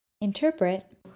Interpret